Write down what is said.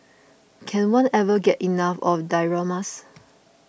can one ever get enough of dioramas